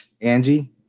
Angie